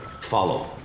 Follow